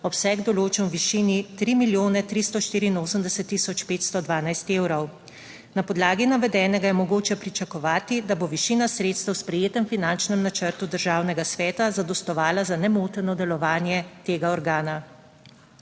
obseg določen v višini 3 milijone 384 tisoč 512 evrov. Na podlagi navedenega je mogoče pričakovati, da bo višina sredstev v sprejetem finančnem načrtu Državnega sveta zadostovala za nemoteno delovanje tega organa.